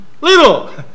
little